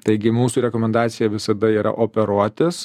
taigi mūsų rekomendacija visada yra operuotis